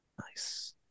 Nice